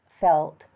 felt